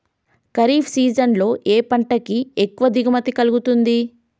Kharif season లో ఏ పంట కి ఎక్కువ దిగుమతి కలుగుతుంది?